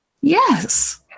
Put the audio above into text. Yes